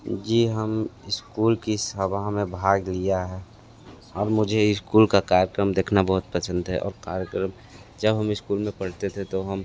जी हम इस्कूल की सभा में भाग लिए हैं और मुझे इस्कूल का कार्यक्रम देखना बहुत पसंद है और कार्यक्रम जब हम इस्कूल में पढ़ते थे तो हम